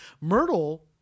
Myrtle